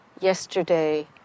yesterday